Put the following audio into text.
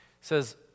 says